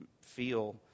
feel